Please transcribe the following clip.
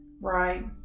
Right